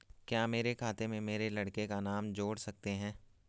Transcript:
क्या मेरे खाते में मेरे लड़के का नाम जोड़ सकते हैं?